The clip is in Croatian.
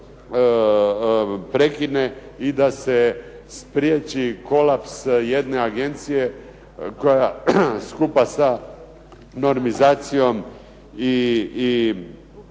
prekine i da se spriječi kolaps jedne agencije koja skupa sa normizacijom i